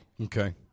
Okay